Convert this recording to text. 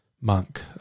monk